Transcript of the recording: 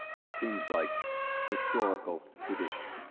which seems like historical tradition.